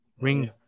Ring